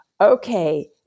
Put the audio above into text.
okay